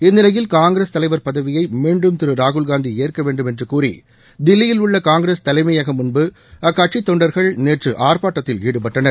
இந்நிலையில் காங்கிரஸ் தலைவா் பதவியை மீண்டும் திரு ராகுல் காந்தி ஏற்க வேண்டும் என்று கூறி தில்லியில் உள்ள காங்கிரஸ் தலைமையகம் முன்பு அக்கட்சித் தொண்டர்கள் நேற்று ஆர்ப்பாட்டத்தில் ஈடுபட்டனர்